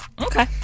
Okay